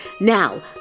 Now